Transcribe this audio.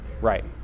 Right